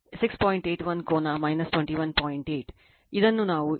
8 ಇದನ್ನು ನಾವು ಇಲ್ಲಿ 21